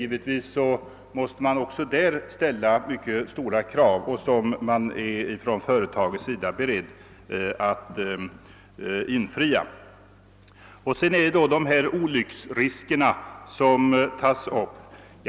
Givetvis måste man också där ställa mycket stora krav som företaget dock är berett att tillmötesgå. Man har också tagit upp olycksriskerna.